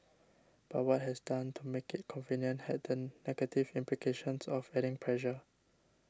but what was done to make it convenient had the negative implications of adding pressure